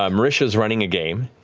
um marisha's running a game,